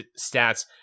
stats